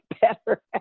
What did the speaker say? better